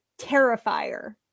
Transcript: terrifier